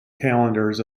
calendars